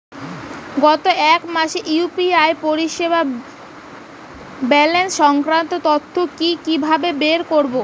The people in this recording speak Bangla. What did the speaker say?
গত এক মাসের ইউ.পি.আই পরিষেবার ব্যালান্স সংক্রান্ত তথ্য কি কিভাবে বের করব?